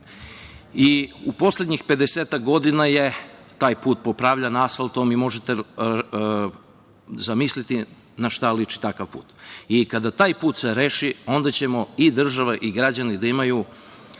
U poslednjih 50-ak godina je taj put popravljan asfaltom i možete zamisliti na šta liči takav put. Kada se taj put reši, onda će i država i građani da imaju